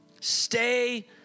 stay